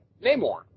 Namor